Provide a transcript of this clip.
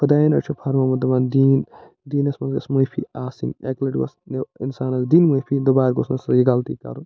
خۄدایَن حظ چھِ فرمومُت دۄپُن دیٖن دیٖنَس منٛز گژھِ معٲفی آسٕنۍ اَکہِ لَٹہِ آسہِ گژھ اِنسانَس دِنۍ معٲفی دُبارٕ گۄژھ نہٕ سُہ یہِ غلطی کَرُن